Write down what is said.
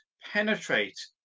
penetrate